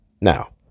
Now